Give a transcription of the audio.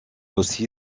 aussi